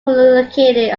located